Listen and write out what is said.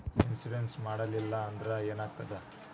Insurance ಮಾಡಲಿಲ್ಲ ಅಂದ್ರೆ ಏನಾಗುತ್ತದೆ?